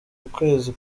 ukwezi